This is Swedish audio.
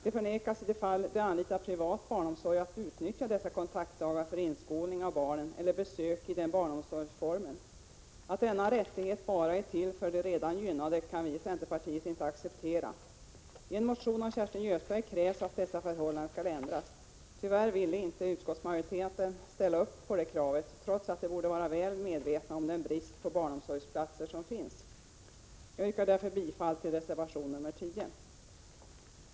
De förvägras, i de fall då de anlitar privat barnomsorg, rätt att utnyttja dessa kontaktdagar för inskolning av barnen eller för besök i den barnomsorgsformen. Att denna rättighet bara är till för de redan gynnade kan vi i centerpartiet inte acceptera. I en motion av Kerstin Göthberg krävs att dessa förhållanden skall ändras. Tyvärr ville inte utskottsmajoriteten ställa upp på det kravet, trots att den borde vara väl medveten om den brist på barnomsorgsplatser som finns. Jag yrkar därför bifall till reservation nr 10.